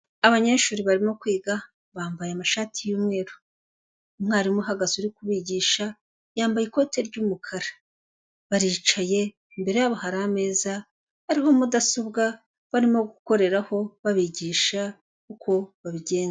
Abanyeshuri barimo kwiga, bambaye amashati y'umweru. Umwarimu uhagaze uri kubigisha, yambaye ikote ry'umukara. Baricaye, imbere yabo hari ameza ariho mudasobwa barimo gukoreraho babigisha uko babigenza.